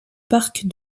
parc